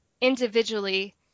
individually